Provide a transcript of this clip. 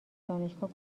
دانشگاه